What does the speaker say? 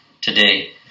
today